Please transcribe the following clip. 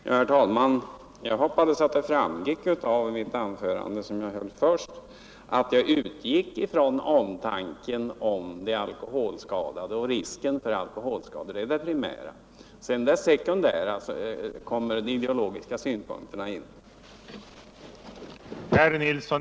Herr talman! Jag hoppades att det framgick av mitt första anförande att jag utgick från omtanken om de alkoholskadade och risken för alkoholskador som det primära. Som det sekundära kommer de ideologiska synpunkterna in.